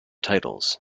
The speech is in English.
titles